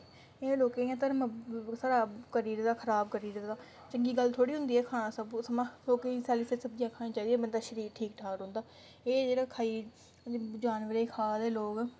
इ'नें लोकें घर्म साढ़ा करी ओड़े दा खराब करी ओङ़े दा चंगी गल्ल थोह्डी होंदी ऐ खाना सब कुछ समां सेलियां सैलियां सब्जी खानी चाहिदी बंदे दा शरीर ठीक ठाक रौंह्दा एह् जेह्ड़े खाई जानवरे गी खा'रदे लोक